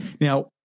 Now